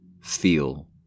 feel